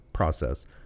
process